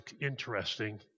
interesting